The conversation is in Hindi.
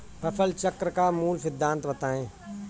फसल चक्र का मूल सिद्धांत बताएँ?